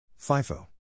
FIFO